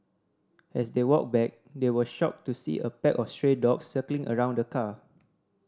as they walked back they were shocked to see a pack of stray dogs circling around the car